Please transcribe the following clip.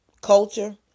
culture